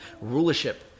rulership